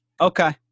Okay